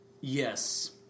Yes